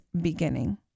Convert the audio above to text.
beginning